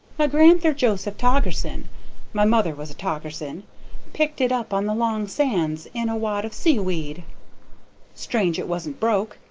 my grand'ther joseph toggerson my mother was a toggerson picked it up on the long sands in a wad of sea-weed strange it wasn't broke,